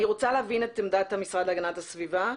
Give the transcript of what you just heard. אני רוצה להבין את עמדת המשרד להגנת הסביבה.